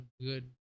good